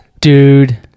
dude